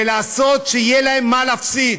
ולעשות שיהיה להם מה להפסיד.